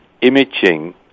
imaging